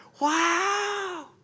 Wow